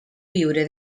viure